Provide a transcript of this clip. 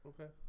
okay